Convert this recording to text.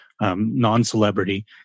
Non-celebrity